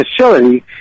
facility